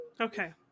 Okay